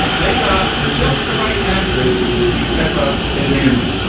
they got just the right actress to be peppa in mandarin.